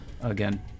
again